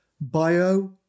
bio